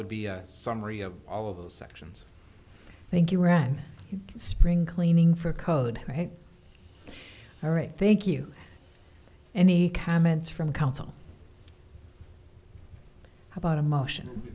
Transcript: would be a summary of all of those sections thank you ron spring cleaning for code all right thank you any comments from counsel about a motion